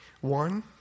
one